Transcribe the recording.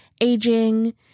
aging